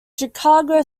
chicago